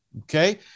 okay